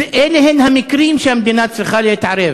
אלה המקרים שהמדינה צריכה להתערב